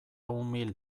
umil